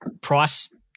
price